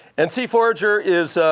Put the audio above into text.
and sea forager is